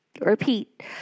Repeat